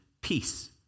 peace